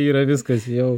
yra viskas jau